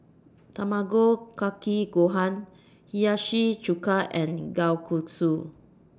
Tamago Kake Gohan Hiyashi Chuka and Kalguksu